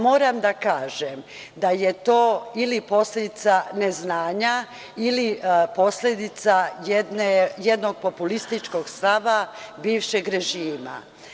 Moram da kažem da je to ili posledica neznanja ili posledica jednog populističkog stava bivšeg režima.